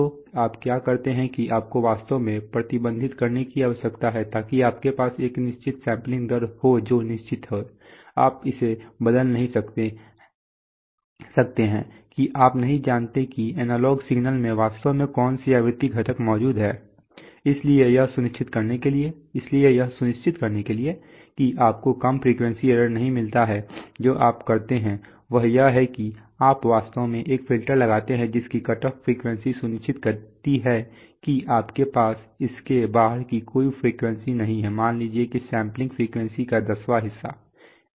तो आप क्या करते हैं कि आपको वास्तव में प्रतिबंधित करने की आवश्यकता है ताकि आपके पास एक निश्चित सैंपलिंग दर हो जो निश्चित है आप इसे बदल नहीं सकते हैं कि आप नहीं जानते कि एनालॉग सिग्नल में वास्तव में कौन से आवृत्ति घटक मौजूद हैं इसलिए यह सुनिश्चित करने के लिए कि आपको कम फ़्रीक्वेंसी एरर नहीं मिलता है जो आप करते हैं वह यह है कि आप वास्तव में एक फ़िल्टर लगाते हैं जिसकी कटऑफ फ़्रीक्वेंसी सुनिश्चित करती है कि आपके पास इसके बाहर की कोई फ़्रीक्वेंसी नहीं है मान लीजिए कि सैंपलिंग फ़्रीक्वेंसी का दसवां हिस्सा है